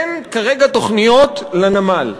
אין כרגע תוכניות לנמל.